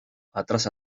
atrás